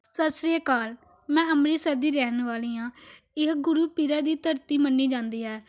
ਸਤਿ ਸ਼੍ਰੀ ਅਕਾਲ ਮੈਂ ਅੰਮ੍ਰਿਤਸਰ ਦੀ ਰਹਿਣ ਵਾਲੀ ਹਾਂ ਇਹ ਗੁਰੂ ਪੀਰਾਂ ਦੀ ਧਰਤੀ ਮੰਨੀ ਜਾਂਦੀ ਹੈ